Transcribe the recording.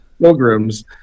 pilgrims